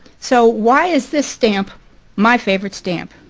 so why is this stamp my favorite stamp?